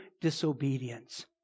disobedience